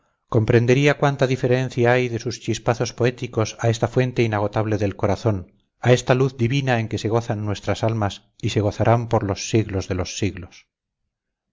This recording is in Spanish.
comprendería cuánta diferencia hay de sus chispazos poéticos a esta fuente inagotable del corazón a esta luz divina en que se gozan nuestras almas y se gozarán por los siglos de los siglos